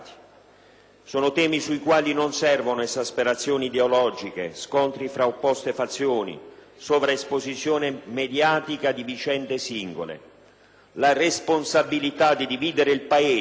Sono temi sui quali non servono esasperazioni ideologiche, scontri fra opposte fazioni, sovraesposizione mediatica di vicende singole. La responsabilità di dividere il Paese